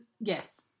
Yes